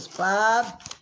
Bob